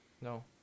No